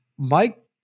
Mike